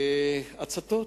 הצתות,